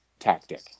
tactic